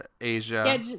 asia